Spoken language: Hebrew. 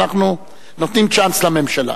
אנחנו נותנים צ'אנס לממשלה.